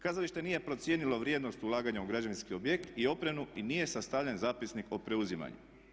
Kazalište nije procijenilo vrijednost ulaganja u građevinski objekt i opremu i nije sastavljen zapisnik o preuzimanju.